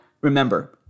Remember